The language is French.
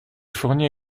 fournit